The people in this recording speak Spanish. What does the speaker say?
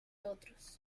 otros